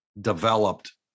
developed